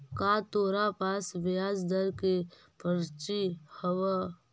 का तोरा पास ब्याज दर के पर्ची हवअ